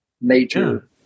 major